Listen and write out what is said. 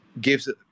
gives